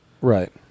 Right